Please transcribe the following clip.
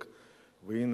ובכן,